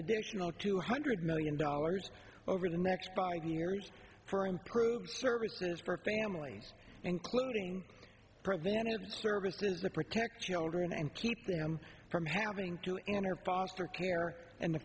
additional two hundred million dollars over the next five years for improve services for families including preventive services the protect children and keep them from having to enter foster care and the